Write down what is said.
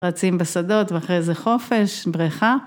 ‫רצים בשדות ואחרי זה חופש, בריכה.